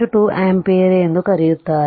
2 ampere ಎಂದು ಕರೆಯುತ್ತಾರೆ